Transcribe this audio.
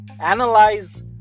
analyze